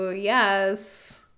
Yes